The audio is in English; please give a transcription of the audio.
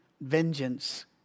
vengeance